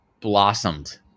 blossomed